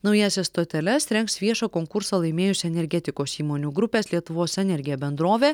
naująsias stoteles rengs viešą konkursą laimėjusi energetikos įmonių grupės lietuvos energija bendrovė